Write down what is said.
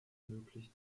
möglich